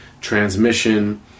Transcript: transmission